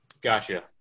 Gotcha